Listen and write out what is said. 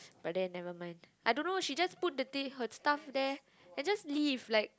but then nevermind I don't know she just put the thi~ her stuff there and just leave like